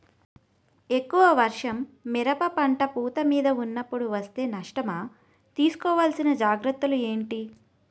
ఎక్కువ వర్షం మిరప పంట పూత మీద వున్నపుడు వేస్తే నష్టమా? తీస్కో వలసిన జాగ్రత్తలు ఏంటి?